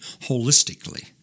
holistically